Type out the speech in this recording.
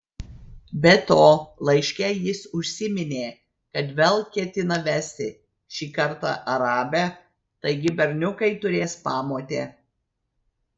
be to laiške jis užsiminė kad vėl ketina vesti šį kartą arabę taigi berniukai turės pamotę